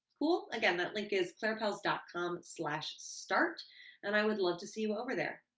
cool? again, that link is clairepells dot com slash start and i would love to see you over there.